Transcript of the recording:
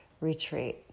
retreat